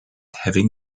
having